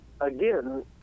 again